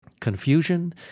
confusion